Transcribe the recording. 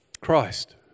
Christ